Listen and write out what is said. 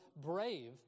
brave